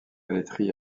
laiterie